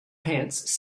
pants